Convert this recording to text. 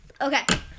Okay